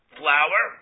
flour